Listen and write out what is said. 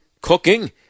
cooking